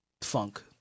funk